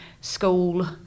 school